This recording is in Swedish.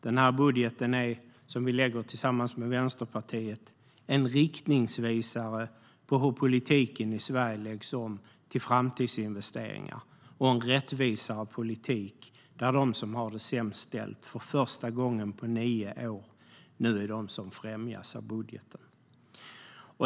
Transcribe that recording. Den här budgeten, som vi lägger fram tillsammans med Vänsterpartiet, är en riktningsvisare för hur politiken i Sverige läggs om till framtidsinvesteringar och en mer rättvis politik där de som har det sämst ställt nu för första gången på nio år är de som främjas av budgeten.